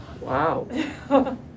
Wow